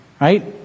Right